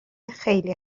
خیلی